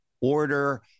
order